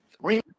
three